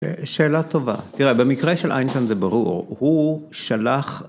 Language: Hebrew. ‫שאלה טובה. תראה, במקרה של איינשטין ‫זה ברור, הוא שלח...